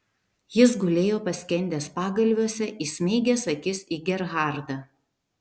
jis gulėjo paskendęs pagalviuose įsmeigęs akis į gerhardą